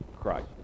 Christ